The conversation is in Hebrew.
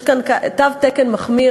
יש כאן תו תקן מחמיר,